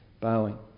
bowing